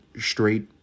straight